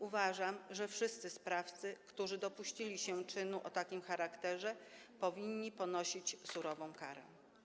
Uważam, że wszyscy sprawcy, którzy dopuścili się czynu o takim charakterze, powinni ponieść surową karę.